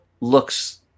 looks